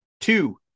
Two